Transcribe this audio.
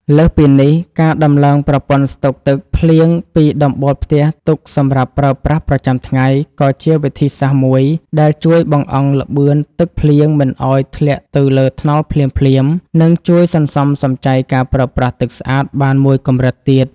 លើសពីនេះ ការតម្លើងប្រព័ន្ធស្តុកទឹកភ្លៀងពីដំបូលផ្ទះទុកសម្រាប់ប្រើប្រាស់ប្រចាំថ្ងៃ ក៏ជាវិធីសាស្ត្រមួយដែលជួយបង្អង់ល្បឿនទឹកភ្លៀងមិនឱ្យធ្លាក់ទៅលើថ្នល់ភ្លាមៗ និងជួយសន្សំសំចៃការប្រើប្រាស់ទឹកស្អាតបានមួយកម្រិតទៀត។